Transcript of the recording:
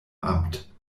amt